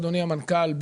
אדוני המנכ"ל,